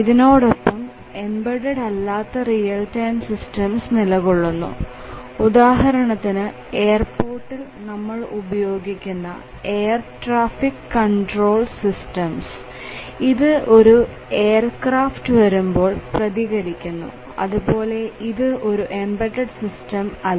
ഇതിനോടൊപ്പം എംബഡഡ് അല്ലാത്ത real time systems നിലകൊള്ളുന്നു ഉദാഹരണത്തിന് എയർപോർട്ടിൽ നമ്മൾ ഉപയോഗിക്കുന്ന എയർ ട്രാഫിക് കൺട്രോൾ സിസ്റ്റംസ് ഇത് ഒരു എയർക്രാഫ്റ്റ് വരുമ്പോൾ പ്രതികരിക്കുന്നു അതുപോലെ ഇത് ഒരു എംബഡഡ് സിസ്റ്റം അല്ല